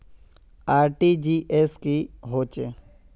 RTGS की होचए?